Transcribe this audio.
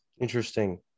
Interesting